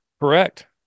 correct